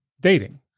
Dating